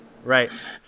right